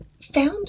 found